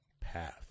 path